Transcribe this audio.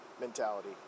mentality